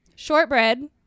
Shortbread